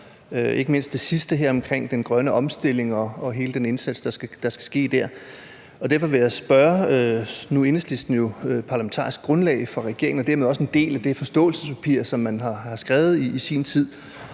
ikke mindst det sidste her omkring den grønne omstilling og hele den indsats, der skal ske dér. Nu er Enhedslisten jo parlamentarisk grundlag for regeringen og dermed også en del af det forståelsespapir, som man har skrevet i sin tid,